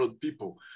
people